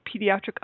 Pediatric